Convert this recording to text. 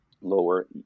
lower